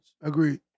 Agreed